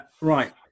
Right